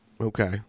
Okay